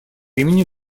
имени